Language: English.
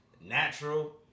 natural